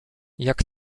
jak